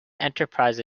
enterprise